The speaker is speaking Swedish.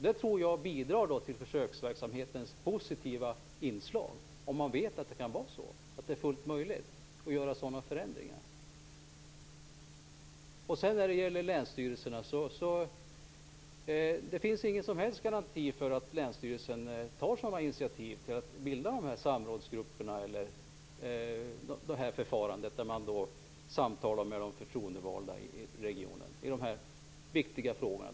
Jag tror möjligheten till sådana förändringar bidrar till det positiva inslaget i försöksverksamheten. Sedan var det länsstyrelserna. Det finns ingen som helst garanti för att länsstyrelsen tar initiativ till att bilda samrådsgrupper eller använder något annat förfarande att samtala med de förtroendevalda i regionen i dessa viktiga frågor.